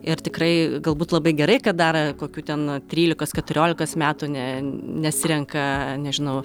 ir tikrai galbūt labai gerai kad dar kokių ten trylikos keturiolikos metų ne nesirenka nežinau